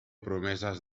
promeses